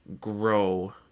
grow